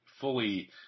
fully –